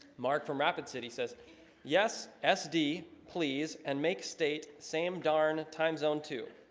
marc from rapid city says yes, sd. please and make state sam darn time zone to